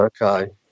Okay